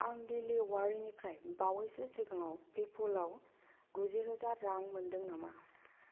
आं लिलि अवारिनिफ्राय बावैसो सिगाङव पेप'लआव गुजि रोजा रां मोनदों नामा